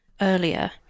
earlier